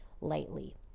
lightly